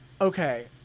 okay